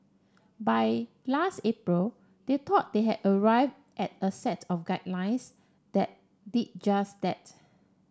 by last April they thought they had arrived at a set of guidelines that did just that